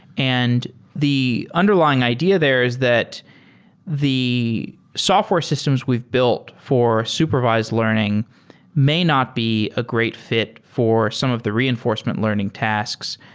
and the underlying idea there is that the software systems we've built for supervised learning may not be a great fi t for some of the reinforcement learning tasks.